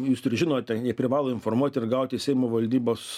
jūs žinote jie privalo informuoti ir gauti seimo valdybos